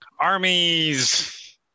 Armies